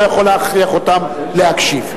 אני לא יכול להכריח אותם להקשיב.